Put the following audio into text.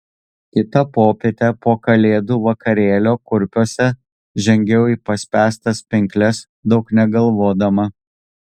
kitą popietę po kalėdų vakarėlio kurpiuose žengiau į paspęstas pinkles daug negalvodama